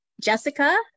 Jessica